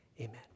amen